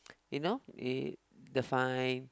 you know eh the fine